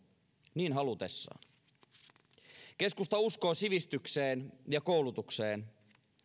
niin halutessaan keskusta uskoo sivistykseen ja koulutukseen